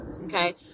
okay